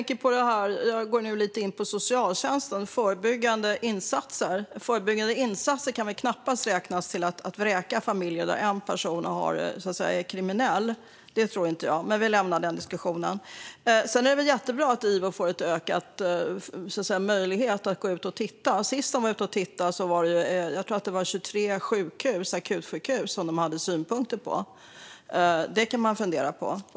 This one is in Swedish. Herr talman! Jag går nu in lite på socialtjänsten och förebyggande insatser. Att vräka familjer där en person är kriminell kan väl knappast räknas till förebyggande insatser? Det tror inte jag, men vi lämnar den diskussionen. Det är väl jättebra att Ivo får ökade möjligheter att gå ut och titta. Senast de var ute och tittade hade de synpunkter på 23 akutsjukhus, tror jag. Det kan man fundera på.